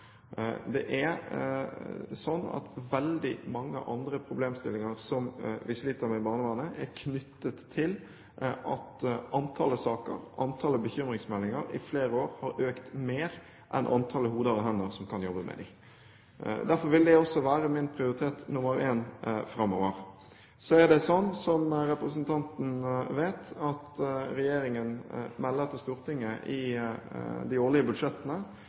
Det er sånn at veldig mange andre problemer som vi sliter med i barnevernet, er knyttet til at antallet saker, antallet bekymringsmeldinger, i flere år har økt mer enn antallet hoder og hender som kan jobbe med dem. Derfor vil det også være min prioritet nr. én framover. Så er det slik, som representanten vet, at regjeringen melder til Stortinget i de årlige budsjettene,